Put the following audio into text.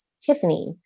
Tiffany